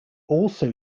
also